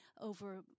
over